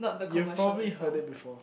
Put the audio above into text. you have probably heard it before